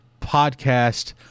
podcast